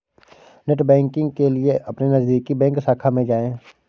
net banking के लिए अपने नजदीकी बैंक शाखा में जाए